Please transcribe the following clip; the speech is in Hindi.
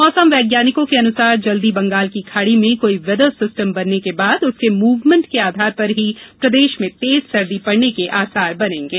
मौसम वैज्ञानिकों के अनुसार जल्दी बंगाल की खाड़ी में कोई वैदर सिस्टम बनने के बाद उसके मूवमेंट के आधार पर ही प्रदेश में तेज सर्दी पड़ने के आसार बनेंगे